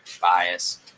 bias